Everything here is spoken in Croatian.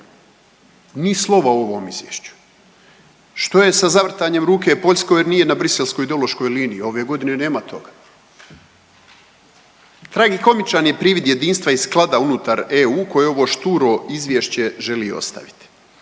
Ni slova u ovom izvješću. Što je sa zavrtanjem ruke Poljskoj jer nije na briselskoj ideološkoj liniji? Ove godine nema toga. Tragikomičan je privid jedinstva i sklada unutar EU koje ovo šturo izvješće želi ostaviti.